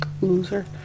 Loser